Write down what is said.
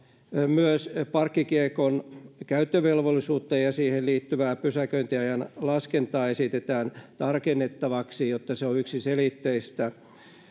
myös parkkikiekon käyttövelvollisuutta ja siihen liittyvää pysäköintiajan laskentaa esitetään tarkennettavaksi jotta se on yksiselitteistä